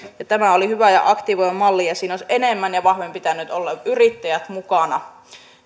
tämä oli hyvä ja aktivoiva malli ja siinä olisi enemmän ja vahvemmin yrittäjien pitänyt olla mukana